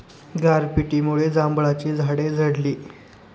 गारपिटीमुळे जांभळाची झाडे झडली